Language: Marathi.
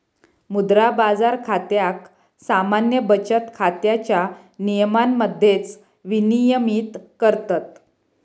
मुद्रा बाजार खात्याक सामान्य बचत खात्याच्या नियमांमध्येच विनियमित करतत